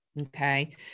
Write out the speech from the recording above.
okay